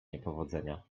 niepowodzenia